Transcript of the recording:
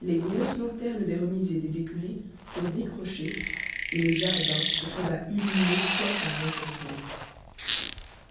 les grosses lanternes des remises et des écuries furent décrochées et le jardin se trouva illuminé comme par enchantement